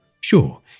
Sure